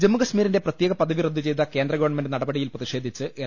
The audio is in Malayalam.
ജമ്മു കശ്മീരിന്റെ പ്രത്യേക പദവി റദ്ദു ചെയ്ത കേന്ദ്ര ഗവൺമെന്റ് നടപടിയിൽ പ്രതിഷേധിച്ച് എൽ